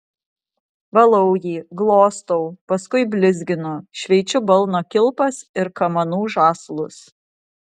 valau jį glostau paskui blizginu šveičiu balno kilpas ir kamanų žąslus